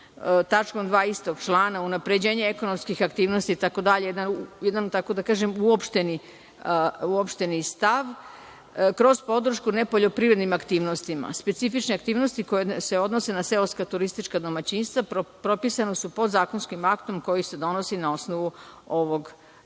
tačkom) 2. istog člana, unapređenje ekonomskih aktivnosti itd. Jedan uopšteni stav, kroz podršku nepoljoprivrednim aktivnostima. Specifične aktivnosti koje se odnose na seoska turistička domaćinstva propisana su podzakonskim aktom koji se donosi na osnovu ovog